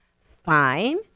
fine